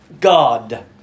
God